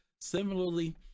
Similarly